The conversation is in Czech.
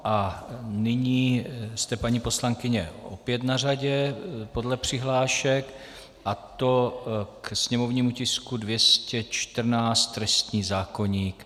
A nyní jste, paní poslankyně, opět na řadě podle přihlášek, a to k sněmovnímu tisku 214, trestní zákoník.